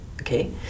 okay